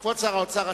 כבוד שר האוצר,